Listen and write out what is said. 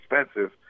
expensive